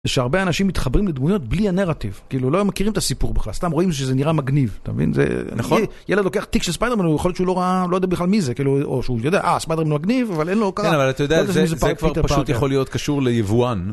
זה שהרבה אנשים מתחברים לדמויות בלי הנרטיב. כאילו, לא מכירים את הסיפור בכלל, סתם רואים שזה נראה מגניב. אתה מבין? זה... נכון? ילד לוקח תיק של ספיידרמן, הוא יכול להיות שהוא לא ראה, לא יודע בכלל מי זה, כאילו, או שהוא יודע, אה, ספיידרמן מגניב, אבל אין לו הוקרה. כן, אבל אתה יודע, זה כבר פשוט יכול להיות קשור ליבואן.